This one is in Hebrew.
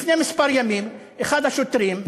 לפני כמה ימים אחד השוטרים,